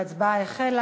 ההצבעה החלה,